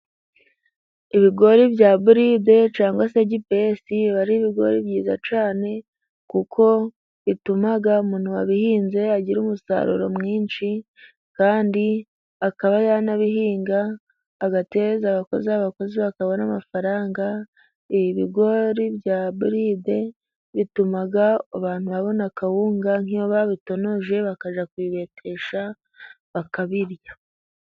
Ibigori bya bulide cyangwa se gipesi biba ari ibigori byiza cyane, kuko bituma umuntu wabihinze agira umusaruro mwinshi kandi akaba yanabihinga agatereza abakozi ,abakozi bakabona amafaranga ibigori bya bulide bituma abantu babona akawunga nk' iyo babitonoje bakajya kubibetesha bakabirya.